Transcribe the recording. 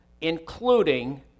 including